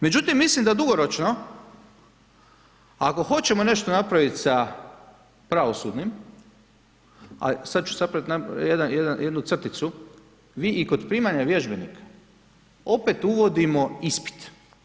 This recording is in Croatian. Međutim, mislim da dugoročno, ako hoćemo nešto napraviti sa pravosudnim, a sada ću napraviti jednu crticu, vi i kod primanja vježbenika, opet uvodimo ispit.